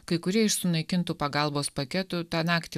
kai kurie iš sunaikintų pagalbos paketų tą naktį